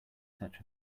such